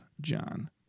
John